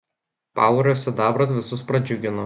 paurio sidabras visus pradžiugino